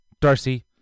Darcy